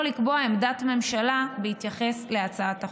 לקבוע עמדת ממשלה בהתייחס להצעת החוק.